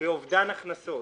באובדן הכנסות